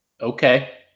Okay